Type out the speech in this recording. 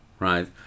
right